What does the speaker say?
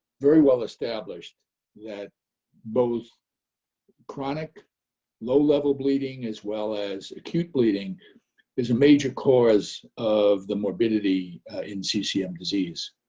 very well established that both chronic low level bleeding as well as acute bleeding is a major cause of the morbidity in ccm disease.